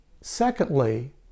Secondly